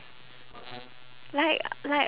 like like